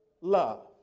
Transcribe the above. love